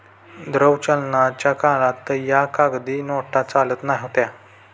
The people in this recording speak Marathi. द्रव्य चलनाच्या काळात या कागदी नोटा चालत नव्हत्या